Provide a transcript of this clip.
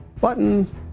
button